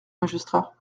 magistrat